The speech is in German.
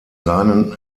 seinen